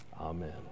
Amen